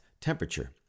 temperature